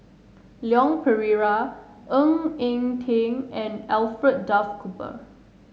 Leon Perera Ng Eng Teng and Alfred Duff Cooper